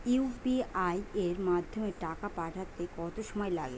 UPI এর মাধ্যমে টাকা পাঠাতে কত সময় লাগে?